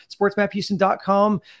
sportsmaphouston.com